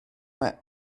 mae